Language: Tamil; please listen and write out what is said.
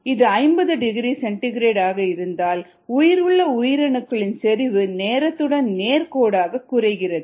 இது 50 டிகிரி சென்டிகிரேட் ஆக இருந்தால் உயிருள்ள உயிரணுக்களின் செறிவு நேரத்துடன் நேர்கோடாக குறைகிறது